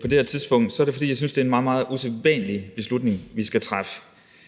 på det her tidspunkt, er det, fordi jeg synes, det er en meget, meget usædvanlig beslutning, vi skal træffe.